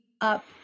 up